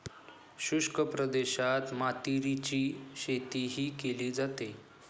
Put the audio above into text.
शुष्क प्रदेशात मातीरीची शेतीही केली जाते